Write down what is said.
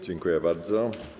Dziękuję bardzo.